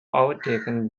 overtaken